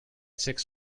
six